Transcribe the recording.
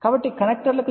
కాబట్టి కనెక్టర్లకు 0